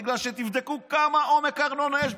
בגלל שתבדקו כמה עומק ארנונה יש,